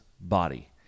body